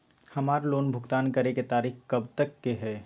हमार लोन भुगतान करे के तारीख कब तक के हई?